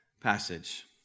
passage